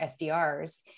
SDRs